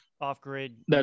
off-grid